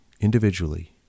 individually